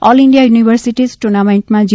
all India universities ટુર્નામેન્ટમાં જી